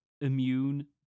immune